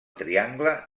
triangle